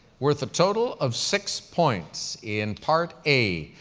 worth of total of six points. in part a,